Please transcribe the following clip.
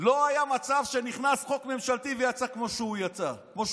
לא היה מצב שנכנס חוק ממשלתי ויצא כמו שהוא נכנס.